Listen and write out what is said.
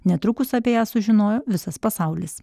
netrukus apie ją sužinojo visas pasaulis